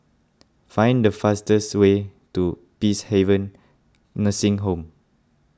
find the fastest way to Peacehaven Nursing Home